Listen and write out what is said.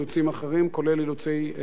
כולל אילוצי סביבה.